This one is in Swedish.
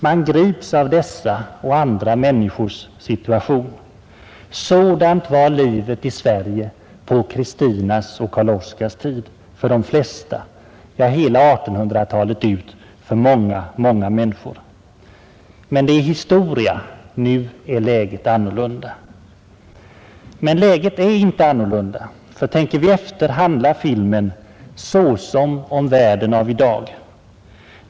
Man grips av dessa och andra människors situation. Sådant var livet i Sverige på Kristinas och Karl Oskars tid för de flesta, ja hela 1800—talet ut för många, många människor. Men det är historia, nu är läget annorlunda. Men läget är inte annorlunda. För tänker vi efter handlar filmen såsom om världen av i dag.